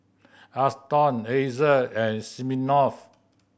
Aston Acer and Smirnoff